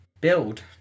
build